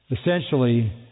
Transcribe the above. essentially